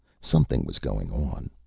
something was going on,